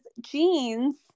jeans